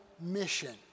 mission